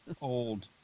Old